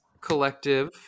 Collective